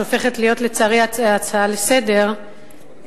שלצערי הופכת להיות הצעה לסדר-היום.